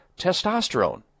testosterone